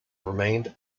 remained